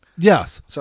Yes